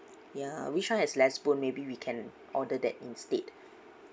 yeah which one has less bone maybe we can order that instead